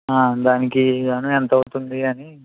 దానికి గాను ఎంతవుతుంది అని